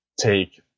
take